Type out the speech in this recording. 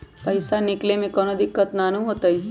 पईसा निकले में कउनो दिक़्क़त नानू न होताई?